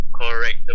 Correct